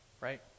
right